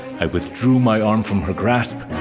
i withdrew my arm from her grasp.